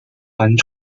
环状